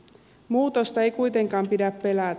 muutosta ei kuitenkaan pidä pelätä